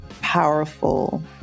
powerful